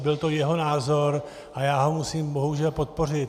Byl to jeho názor a já ho musím bohužel podpořit.